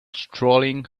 strolling